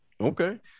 okay